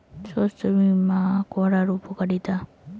শস্য বিমা করার উপকারীতা?